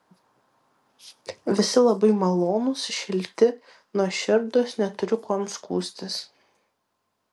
visi labai malonūs šilti nuoširdūs neturiu kuom skųstis